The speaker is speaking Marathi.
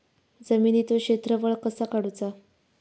जमिनीचो क्षेत्रफळ कसा काढुचा?